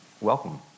welcome